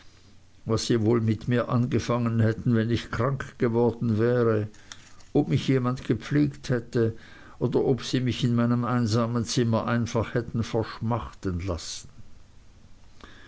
was sie wohl mit mir angefangen hätten wenn ich krank geworden wäre ob mich jemand gepflegt hätte oder ob sie mich in meinem einsamen zimmer einfach hätten verschmachten lassen